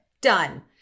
done